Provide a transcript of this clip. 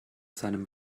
seinem